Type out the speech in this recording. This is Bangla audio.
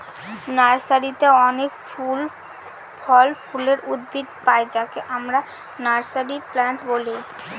নার্সারিতে অনেক ফল ফুলের উদ্ভিদ পাই যাকে আমরা নার্সারি প্লান্ট বলি